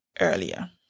earlier